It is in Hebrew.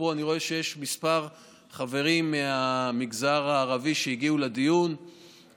ואני רואה שיש פה כמה חברים מהמגזר הערבי שהגיעו לדיון,